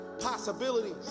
Possibilities